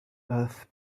earth